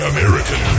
American